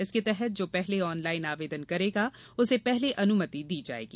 इसके तहत जो पहले ऑनलाइन आवेदन करेगा उसे पहले अनुमति दी जायेगी